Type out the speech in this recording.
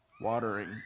watering